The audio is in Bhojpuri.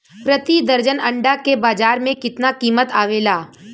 प्रति दर्जन अंडा के बाजार मे कितना कीमत आवेला?